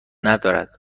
ندارد